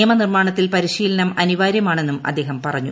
നിയമനിർമ്മാണത്തിൽ പരിശീലനം അനിവാര്യമാണെന്നും അദ്ദേഹം പറഞ്ഞു